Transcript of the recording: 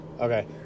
Okay